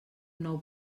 nou